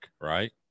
right